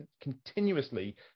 continuously